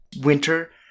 winter